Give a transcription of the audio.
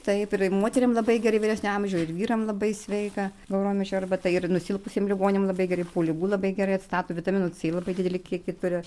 taip ir moterim labai gerai vyresnio amžio ir vyram labai sveika gauromečio arbata ir nusilpusiem ligoniam labai gerai po ligų labai gerai atstato vitamino c labai didelį kiekį turi